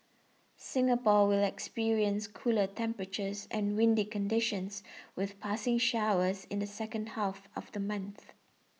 Singapore will experience cooler temperatures and windy conditions with passing showers in the second half of the month